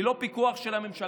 אפילו ללא פיקוח של הממשלה,